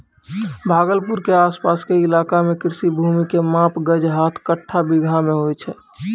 भागलपुर के आस पास के इलाका मॅ कृषि भूमि के माप गज, हाथ, कट्ठा, बीघा मॅ होय छै